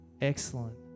Excellent